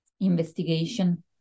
investigation